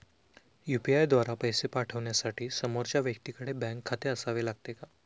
UPI द्वारा पैसे पाठवण्यासाठी समोरच्या व्यक्तीकडे बँक खाते असावे लागते का?